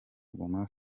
guma